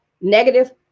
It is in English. negative